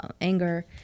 anger